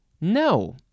No